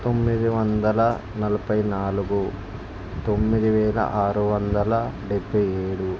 తొమ్మిది వందల నలభై నాలుగు తొమ్మిది వేల ఆరు వందల డెబ్భై ఏడు